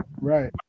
Right